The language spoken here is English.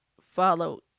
follow